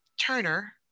Turner